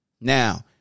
Now